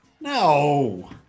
No